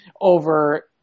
over